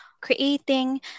creating